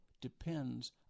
depends